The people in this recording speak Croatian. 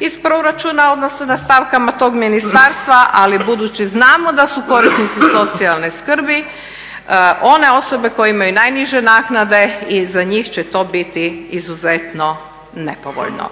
iz proračuna, odnosno na stavkama tog ministarstva ali budući znamo da su korisnici socijalne skrbi one osobe koje imaju najniže naknade i za njih će to biti izuzetno nepovoljno.